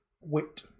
wit